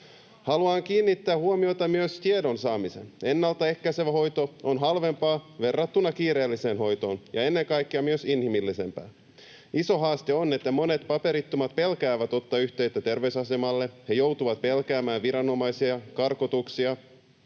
Haluan kiinnittää huomiota myös tiedon saamiseen. Ennaltaehkäisevä hoito on halvempaa verrattuna kiireelliseen hoitoon ja ennen kaikkea myös inhimillisempää. Iso haaste on, että monet paperittomat pelkäävät ottaa yhteyttä terveysasemalle. He joutuvat pelkäämään viranomaisia, karkotuksia.